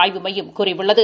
ஆய்வு மையம் கூறியுள்ளது